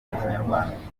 ikinyarwanda